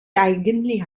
eigentlich